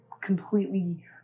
completely